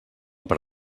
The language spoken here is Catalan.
per